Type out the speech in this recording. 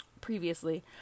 previously